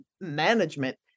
management